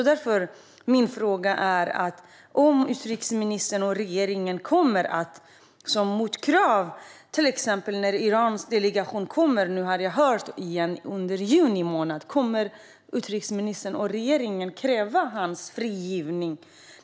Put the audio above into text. Därför är min fråga om utrikesministern och regeringen kommer att kräva hans frigivning, till exempel när Irans delegation nu - har jag hört - kommer hit under juni månad.